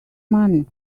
money